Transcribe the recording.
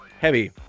heavy